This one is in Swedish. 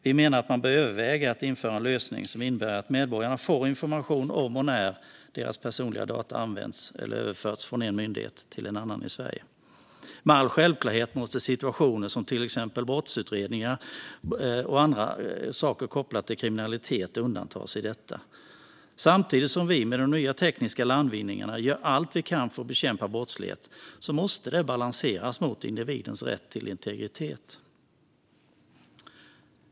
Vi menar att man bör överväga att införa en lösning som innebär att medborgarna får information om och när deras personliga data använts eller överförts från en myndighet till en annan i Sverige. Med all självklarhet måste situationer som till exempel brottsutredningar och andra saker kopplade till kriminalitet undantas i fråga om detta. Samtidigt som vi med de nya tekniska landvinningarna gör allt vi kan för att bekämpa brottslighet måste det balanseras mot individens rätt till integritet.